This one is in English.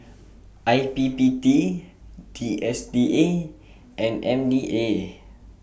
I P P D T S D A and M D A